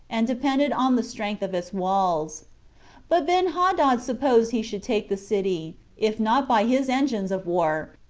and depended on the strength of its walls but benhadad supposed he should take the city, if not by his engines of war,